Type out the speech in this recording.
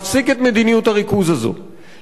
לפזר אותם בכל הארץ.